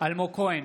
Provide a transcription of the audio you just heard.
אלמוג כהן,